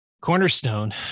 Cornerstone